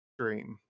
stream